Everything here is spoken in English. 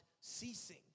ceasing